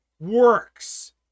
works